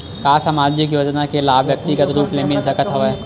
का सामाजिक योजना के लाभ व्यक्तिगत रूप ले मिल सकत हवय?